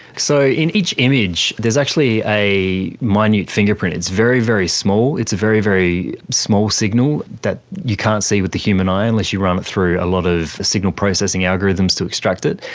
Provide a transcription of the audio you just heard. so in each image there is actually a minute fingerprint, it's very, very small, it's a very, very small signal that you can't see with the human eye unless you run it through a lot of signal processing algorithms to extract it.